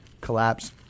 collapse